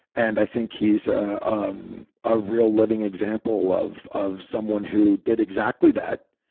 and i think he's a um ah real living example of of someone who did exactly that.